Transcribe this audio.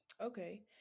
okay